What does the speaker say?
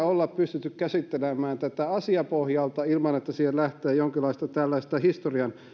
olla pystytty käsittelemään tätä asiapohjalta ilman että siihen lähtee jonkinlaista tällaista historian